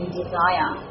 desire